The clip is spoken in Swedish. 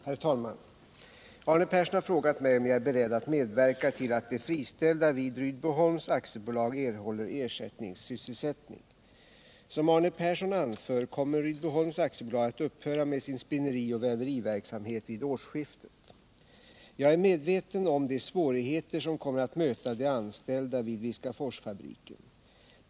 Herr talman! Arne Persson har frågat mig om jag är beredd att medverka till att de friställda vid Rydboholms AB erhåller ersättningssysselsättning. Som Arne Persson anför kommer Rydboholms AB att upphöra med sin spinnerioch väveriverksamhet vid årsskiftet. Jag är väl medveten om de svårigheter som kommer att möta de anställda vid Viskaforsfabriken.